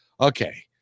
okay